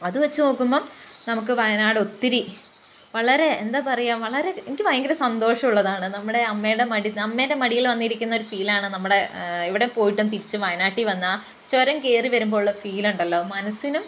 അത് വെച്ചുനോക്കുമ്പം നമുക്ക് വയനാട് ഒത്തിരി വളരെ എന്താ പറയാ വളരെ എനിക്ക് ഭയങ്കര സന്തോഷൊള്ളതാണ് നമ്മുടെ അമ്മേടെ മടി അമ്മേൻ്റെ മടിയിൽ വന്നിരിക്കുന്നൊരു ഫീലാണ് നമ്മടെ ഇവിടെ പോയിട്ടും തിരിച്ചു വയനാട്ടിൽ വന്നാ ചുരം കേറിവരുമ്പോഴുള്ള ഫീലുണ്ടല്ലോ മനസ്സിനും